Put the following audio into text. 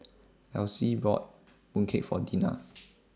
Elyse bought Mooncake For Dinah